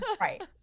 right